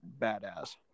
badass